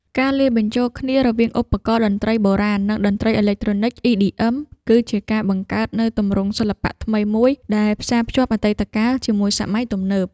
ការលាយបញ្ចូលគ្នារវាងឧបករណ៍តន្ត្រីបុរាណ និងតន្ត្រីអេឡិចត្រូនិក EDM គឺជាការបង្កើតនូវទម្រង់សិល្បៈថ្មីមួយដែលផ្សារភ្ជាប់អតីតកាលជាមួយសម័យទំនើប។